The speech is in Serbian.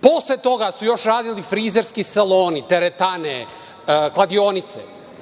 posle toga su još radili frizerski saloni, teretane, kladionice.